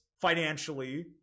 financially